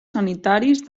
sanitaris